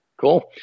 Cool